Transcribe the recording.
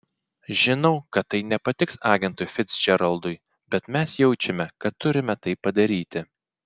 žinau kad tai nepatiks agentui ficdžeraldui bet mes jaučiame kad turime tai padaryti